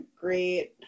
great